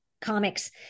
comics